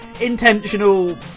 intentional